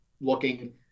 looking